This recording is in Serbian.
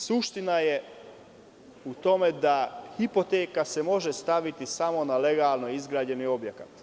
Suština je u tome da hipoteka se može staviti samo na legalno izgrađen objekat.